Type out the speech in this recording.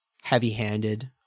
heavy-handed